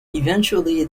eventually